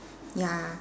ya